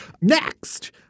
Next